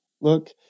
look